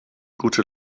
gute